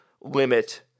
limit